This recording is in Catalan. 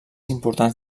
importants